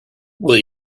will